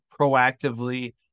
proactively